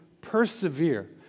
persevere